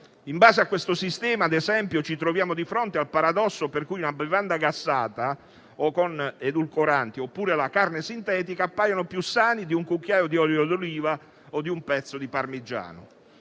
In base a questo sistema - ad esempio - ci troviamo di fronte al paradosso per cui una bevanda gassata o con edulcoranti, oppure la carne sintetica, appaiono più sani di un cucchiaio di olio d'oliva o di un pezzo di parmigiano.